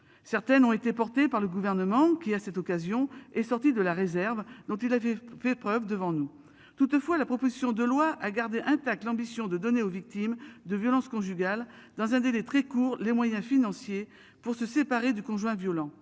Certaines ont été portées par le gouvernement qui à cette occasion est sorti de la réserve dont il avait fait preuve devant nous. Toutefois, la proposition de loi à garder intact l'ambition de donner aux victimes de violences conjugales dans un délai très court, les moyens financiers pour se séparer du conjoint violent.